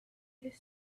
his